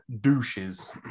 douches